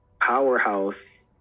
powerhouse